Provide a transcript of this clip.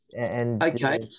Okay